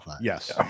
Yes